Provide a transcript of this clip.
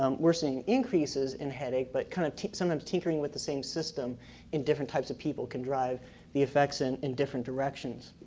um worsening increases in headache, but kinda sometimes tinkering with the same system in different types of people can drive the effects in in different directions.